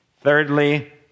Thirdly